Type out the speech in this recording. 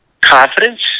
confidence